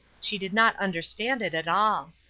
she did not understand it at all.